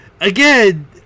Again